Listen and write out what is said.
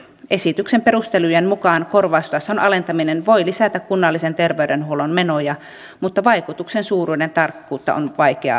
esityksen perustelujen mukaan korvaustason alentaminen voi lisätä kunnallisen terveydenhuollon menoja mutta vaikutuksen suuruuden tarkkuutta on vaikea arvioida